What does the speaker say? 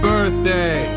Birthday